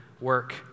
work